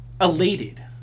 elated